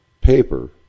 paper